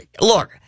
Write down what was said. look—